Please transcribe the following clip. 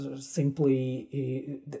simply